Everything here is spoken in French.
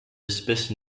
espèces